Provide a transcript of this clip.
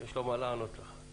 שיש לו מה לענות לך.